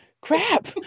crap